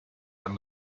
and